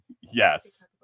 yes